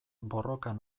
borrokan